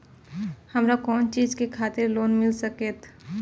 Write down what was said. हमरो कोन चीज के खातिर लोन मिल संकेत?